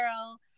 girl